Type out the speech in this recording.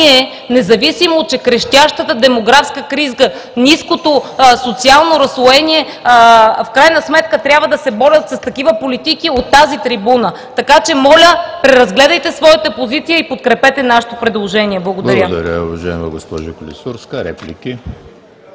ние, независимо от крещящата демографска криза, ниското социално разслоение в крайна сметка трябва да се борим с такива политики от тази трибуна. Така че, моля, преразгледайте своята позиция и подкрепете нашето предложение! Благодаря.